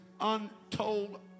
untold